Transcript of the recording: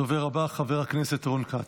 הדובר הבא, חבר הכנסת רון כץ.